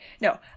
no